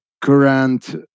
current